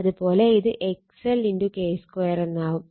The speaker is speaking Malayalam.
അത് പോലെ ഇത് XL K 2 എന്നാവും